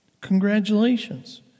Congratulations